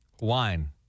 Wine